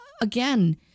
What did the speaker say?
again